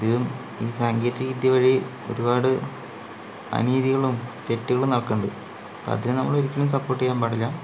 ഇതിലും ഈ സാങ്കേതിക വിദ്യ വഴി ഒരുപാട് അനീതികളും തെറ്റുകളും നടക്കുന്നുണ്ട് അതിനെ നമ്മൾ ഒരിക്കലും സപ്പോർട്ട് ചെയ്യാൻ പാടില്ല